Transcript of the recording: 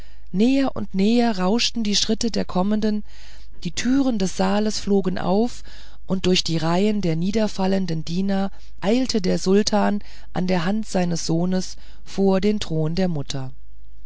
näher und näher rauschten die tritte der kommenden die türen des saales flogen auf und durch die reihen der niederfallenden diener eilte der sultan an der hand seines sohnes vor den thron der mutter